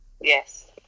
Yes